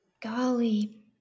Golly